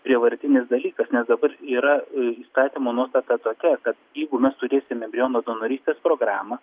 prievartinis dalykas nes dabar yra įstatymo nuostata tokia kad jeigu mes turėsim embriono donorystės programą